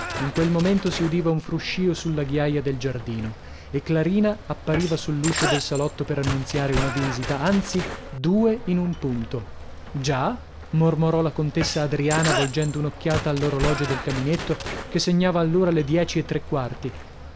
in quel momento si udiva un fruscio sulla ghiaia del giardino e clarina appariva sull'uscio del salotto per annunziare una visita anzi due in un punto già mormorò la contessa adriana volgendo un'occhiata all'orologio del caminetto che segnava allora le dieci e tre quarti